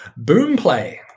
Boomplay